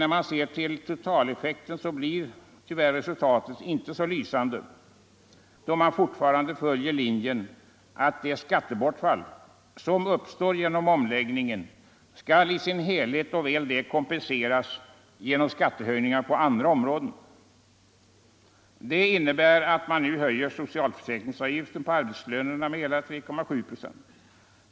När vi ser till totaleffekten så blir tyvärr resultatet inte så lysande, då man fortfarande följer linjen att det skattebortfall som uppstår genom omläggningen skall i sin helhet, och väl det, kompenseras genom skattehöjningar på andra områden. Det innebär att man nu höjer socialförsäkringsavgiften på arbetslönerna med hela 3,7 procent.